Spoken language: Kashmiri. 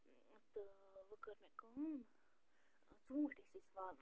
تہٕ وۄنۍ کٔر مےٚ کٲم ژوٗنٛٹھۍ ٲسۍ أسۍ والان